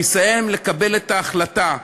לקבל את ההחלטה,